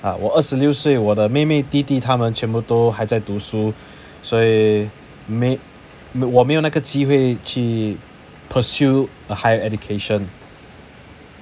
ah 我二十六岁我的妹妹弟弟他们全部都还在读书所以我没有那个机会去 pursue a higher education